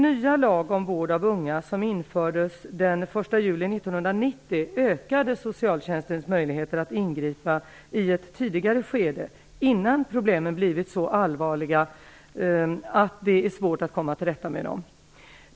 juli 1990 ökade socialtjänstens möjligheter att ingripa i ett tidigare skede innan problemen blivit så allvarliga att det är svårt att komma till rätta med dem.